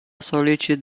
solicit